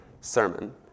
sermon